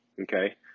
Okay